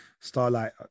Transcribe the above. Starlight